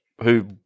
who-